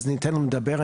אז ניתן להם לדבר.